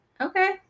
okay